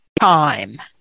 time